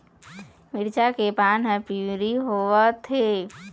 मिरचा के पान हर पिवरी होवथे?